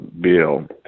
bill